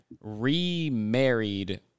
remarried